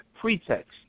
pretext